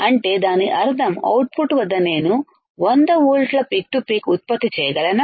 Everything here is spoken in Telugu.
అంటే దాని అర్ధం అవుట్పుట్ వద్ద నేను 100 వోల్ట్లపీక్ టు పీక్ ఉత్పత్తి చేయగలనా